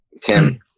tim